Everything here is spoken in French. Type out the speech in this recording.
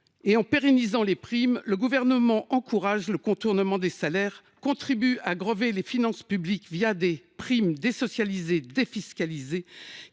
en pérennisant les primes, le Gouvernement encourage le contournement des salaires, contribue à grever les finances publiques des primes désocialisées et défiscalisées